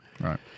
right